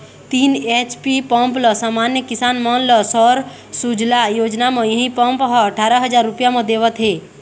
तीन HP pump ल समान्य किसान मन ल सौर सूजला योजना म इहीं पंप ह अठारा हजार रूपिया म देवत हे